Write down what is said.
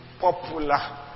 popular